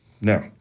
now